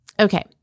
Okay